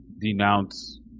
denounce